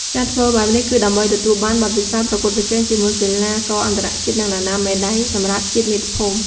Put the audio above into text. ការធ្វើបែបនេះគឺដើម្បីទទួលបានបទពិសោធន៍ប្រកួតប្រជែងជាមួយកីឡាករអន្តរជាតិ និងដណ្ដើមមេដាយសម្រាប់ជាតិមាតុភូមិ។